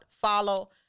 Follow